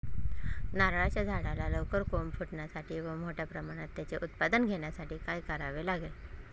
नारळाच्या झाडाला लवकर कोंब फुटण्यासाठी व मोठ्या प्रमाणावर त्याचे उत्पादन घेण्यासाठी काय करावे लागेल?